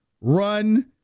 run